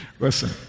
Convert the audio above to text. Listen